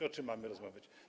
O czym mamy rozmawiać?